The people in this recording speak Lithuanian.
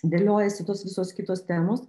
dėliojasi tos visos kitos temos